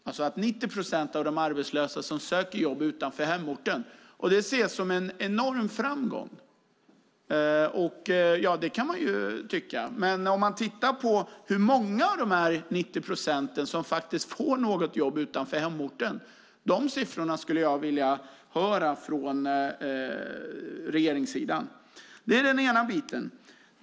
Att 90 procent av de arbetslösa söker jobb utanför hemorten ses som en enorm framgång, och det kan man ju tycka. Men jag skulle vilja höra hur många av de 90 procenten som faktiskt får jobb utanför hemorten. Sådana siffror skulle jag vilja höra från regeringssidan. Det är den ena biten.